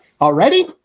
already